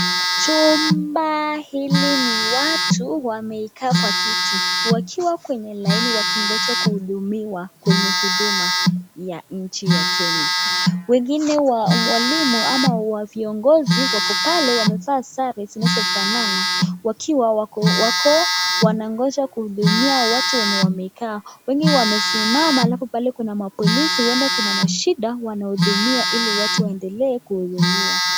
Jumba ili Ina watu wamekaa kwa kiti wakiwa kwenye laini wakingojea kuhudumiwa kwenye Huduma ya nchi ya Kenya wengine walimu ama viongozi wako pale wamevaa sare zinazofanana wakiwa wako wanangojea kuhudumia watu wenye wamekaa wengi wamesimama alafu pale kuna mapolis huenda wanashida wanahudumia ili watu waendelee kuhudumiwa.